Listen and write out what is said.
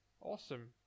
Awesome